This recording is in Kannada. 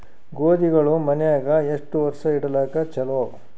ಗೋಧಿಗಳು ಮನ್ಯಾಗ ಎಷ್ಟು ವರ್ಷ ಇಡಲಾಕ ಚಲೋ?